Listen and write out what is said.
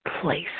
place